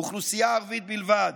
אוכלוסייה ערבית בלבד.